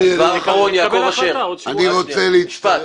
דובר אחרון, יעקב אשר, משפט.